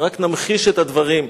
רק נמחיש את הדברים: